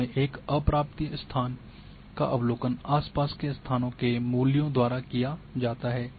इसमें एक अप्राप्य स्थान का अवलोकन आस पास के स्थानों के मूल्यों द्वारा किया जाता है